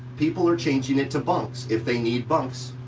people are changing it to bunks. if they need bunks,